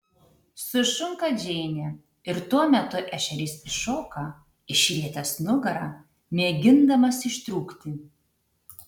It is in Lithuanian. sušunka džeinė ir tuo metu ešerys iššoka išrietęs nugarą mėgindamas ištrūkti